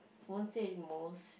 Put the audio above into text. won't say most